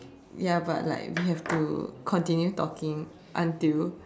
ya but like we have to continue talking until